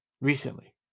recently